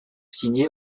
signé